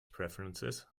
preferences